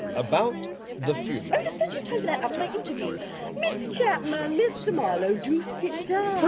about the funeral oh there's plenty of time for that after my interview mr chapman, mr marlowe, do sit down!